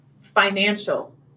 financial